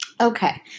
Okay